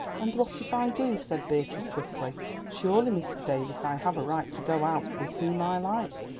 and what if i do? said beatrice quickly surely mr. davies, i have a right to go out with whom i like?